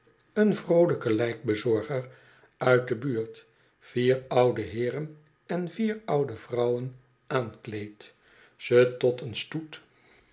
een vroolijke lijkbezorger uit de buurt vier oude heeren en vier oude vrouwen aankleedt ze tot een stoet